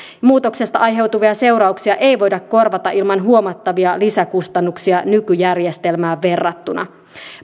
muutoksesta aiheutuvia seurauksia ei voida korvata ilman huomattavia lisäkustannuksia nykyjärjestelmään verrattuna